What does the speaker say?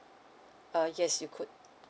uh yes you could